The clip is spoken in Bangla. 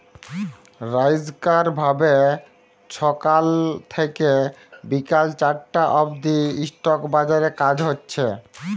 রইজকার ভাবে ছকাল থ্যাইকে বিকাল চারটা অব্দি ইস্টক বাজারে কাজ হছে